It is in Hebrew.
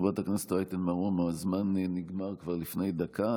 חברת הכנסת רייטן מרום, הזמן נגמר כבר לפני דקה.